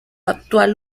actual